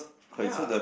ya